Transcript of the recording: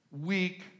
weak